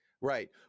Right